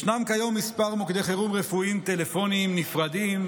ישנם כיום כמה מוקדי חירום רפואיים טלפוניים נפרדים,